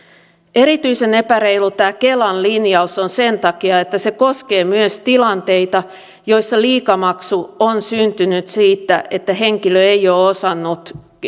erityisen epäreilu tämä kelan linjaus on sen takia että se koskee myös tilanteita joissa liikamaksu on syntynyt siitä että henkilö ei ole osannut